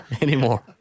Anymore